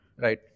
right